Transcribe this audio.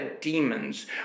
demons